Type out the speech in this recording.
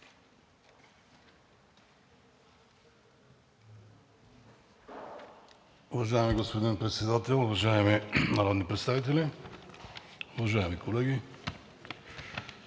Уважаеми господин Председател, уважаеми народни представители, уважаеми колеги!